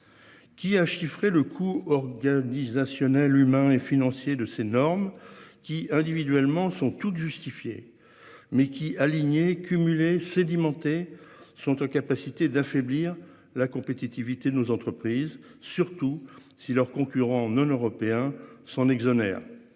Qui a chiffré le coup organisationnels humains et financiers de ces normes qui individuellement sont toutes justifiées mais qui alignait cumuler sédimentaires sont en capacité d'affaiblir la compétitivité de nos entreprises, surtout si leurs concurrents non-européens s'en exonère.